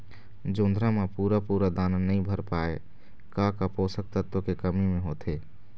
जोंधरा म पूरा पूरा दाना नई भर पाए का का पोषक तत्व के कमी मे होथे?